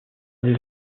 des